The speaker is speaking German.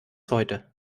heute